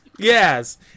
Yes